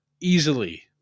easily